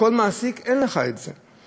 בכל מעסיק, אין לך את זה.